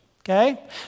okay